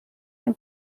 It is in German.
ein